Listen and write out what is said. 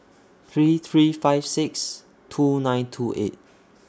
three three five six two nine two eight